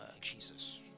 Jesus